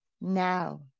Now